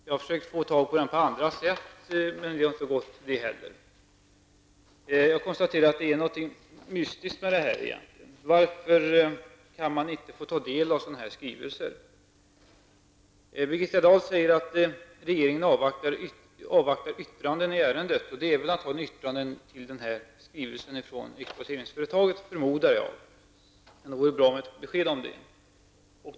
Jag har försökt att få tag på den på andra sätt, men det har inte heller gått. Jag konstaterar att det är någonting mystiskt med detta. Varför kan man inte få ta del av sådana skrivelser? Birgitta Dahl säger att regeringen avvaktar yttranden i ärendet, och det är väl antagligen yttranden rörande den här skrivelsen från exploateringsföretaget, förmodar jag. Det vore bra med ett besked om detta.